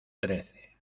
trece